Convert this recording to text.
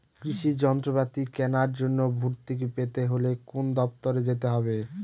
কৃষি যন্ত্রপাতি কেনার জন্য ভর্তুকি পেতে হলে কোন দপ্তরে যেতে হবে?